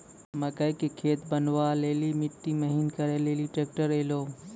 मकई के खेत बनवा ले ली मिट्टी महीन करे ले ली ट्रैक्टर ऐलो?